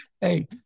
Hey